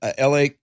LA